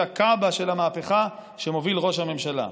היא הכעבה של המהפכה שמוביל ראש הממשלה,